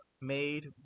made